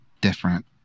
different